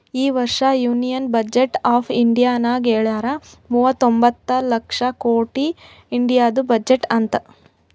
ಈ ವರ್ಷ union budget of ಇಂಡಿಯಾನಾಗ್ ಹೆಳ್ಯಾರ್ ಮೂವತೊಂಬತ್ತ ಲಕ್ಷ ಕೊಟ್ಟಿ ಇಂಡಿಯಾದು ಬಜೆಟ್ ಅಂತ್